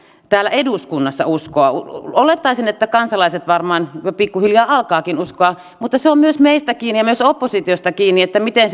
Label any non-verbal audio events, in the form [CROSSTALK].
täällä eduskunnassa uskoa olettaisin että kansalaiset varmaan pikkuhiljaa alkavatkin uskoa mutta se on myös meistä kiinni ja myös oppositiosta kiinni miten [UNINTELLIGIBLE]